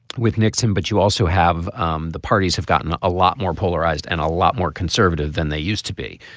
with nixon but you also have um the parties have gotten a a lot more polarized and a lot more conservative than they used to be.